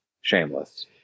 Shameless